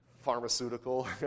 pharmaceutical